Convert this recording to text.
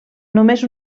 només